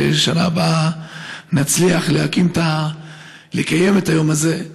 שבשנה הבאה נצליח לקיים את היום הזה,